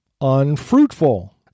unfruitful